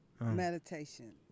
Meditation